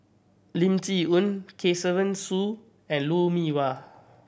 Lim Chee Onn Kesavan Soon and Lou Mee Wah